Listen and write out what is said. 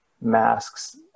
masks